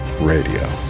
Radio